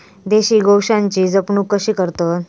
देशी गोवंशाची जपणूक कशी करतत?